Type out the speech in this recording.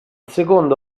secondo